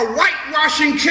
whitewashing